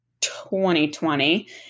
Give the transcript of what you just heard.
2020